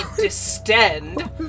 distend